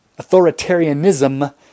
authoritarianism